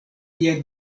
lia